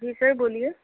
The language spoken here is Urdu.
جی سر بولیے